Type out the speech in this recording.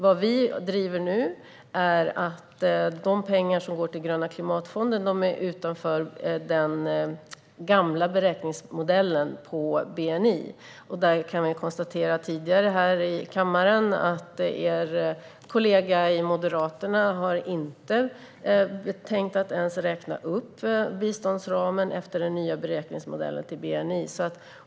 Vad vi driver nu är att de pengar som går till den gröna klimatfonden ska ligga utanför den gamla beräkningsmodellen för bni. Vi har här tidigare i kammaren konstaterat att er kollega i Moderaterna inte har tänkt att ens räkna upp biståndsramen efter den nya beräkningsmodellen för bni.